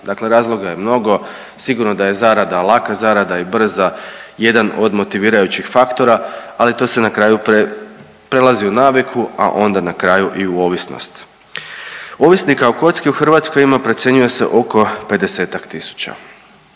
Dakle, razloga je mnogo. Sigurno da je zarada laka zarada i brza jedan od motivirajućih faktora, ali to se na kraju prelazi u naviku, a onda na kraju i u ovisnost. Ovisnika o kocki u Hrvatskoj ima procjenjuje se oko 50-tak